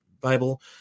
Bible